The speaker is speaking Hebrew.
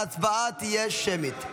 ההצבעה תהיה שמית.